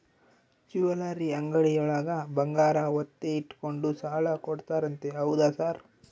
Jewellery ಅಂಗಡಿಯೊಳಗ ಬಂಗಾರ ಒತ್ತೆ ಇಟ್ಕೊಂಡು ಸಾಲ ಕೊಡ್ತಾರಂತೆ ಹೌದಾ ಸರ್?